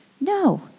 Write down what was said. No